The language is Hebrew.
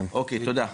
תודה.